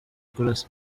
kurasa